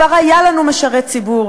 כבר היה לנו משרת ציבור.